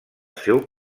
seu